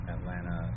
Atlanta